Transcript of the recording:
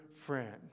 friend